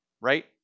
right